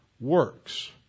works